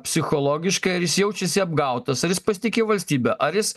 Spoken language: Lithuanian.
psichologiškai ar jis jaučiasi apgautas ar jis pasitiki valstybe ar jis